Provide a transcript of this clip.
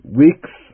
weeks